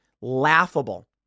laughable